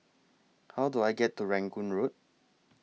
How Do I get to Rangoon Road